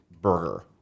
burger